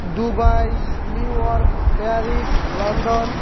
Dubai New York Paris London